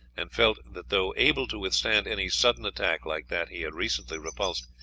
and felt that though able to withstand any sudden attack like that he had recently repulsed,